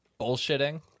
bullshitting